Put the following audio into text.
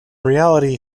reality